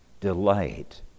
delight